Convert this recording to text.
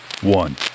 one